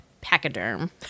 pachyderm